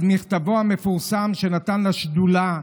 מכתבו המפורסם שנתן לשדולה,